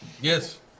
Yes